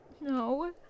No